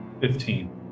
Fifteen